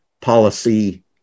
policy